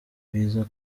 biva